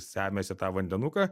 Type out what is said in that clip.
semiasi tą vandenuką